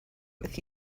with